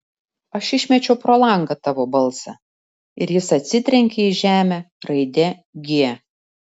aš išmečiau pro langą tavo balsą ir jis atsitrenkė į žemę raide g